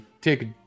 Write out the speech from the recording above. take